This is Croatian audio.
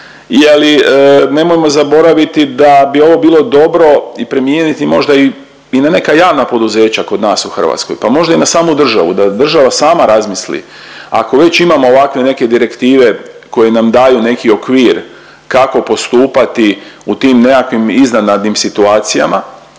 li nemojmo zaboraviti da bi ovo bilo dobro i primijeniti možda i, i na neka javna poduzeća kod nas u Hrvatskoj, pa možda i na samu državu da država sama razmisli. Ako već imamo ovakve neke direktive koje nam daju neki okvir kako postupati u tim nekakvim iznenadnim situacijama